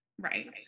Right